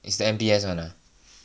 is the M_B_S [one] ah